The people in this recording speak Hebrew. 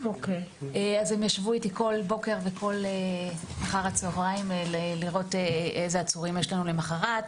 הם ישבו איתי כל בוקר וכל סוף יום כדי לראות איזה עצורים יש לנו למחרת.